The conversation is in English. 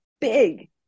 big